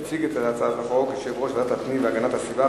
יציג את הצעת החוק יושב-ראש ועדת הפנים והגנת הסביבה,